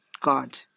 God